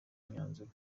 imyanzuro